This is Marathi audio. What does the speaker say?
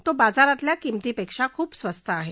तो बाजारातल्या किमतीपेक्षा खूप स्वस्त आहे